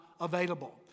available